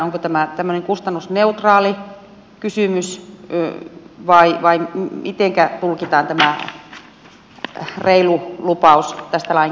onko tämä tämmöinen kustannusneutraali kysymys vai mitenkä tulkitaan tämä reilu lupaus tästä lain kirjauksesta